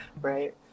Right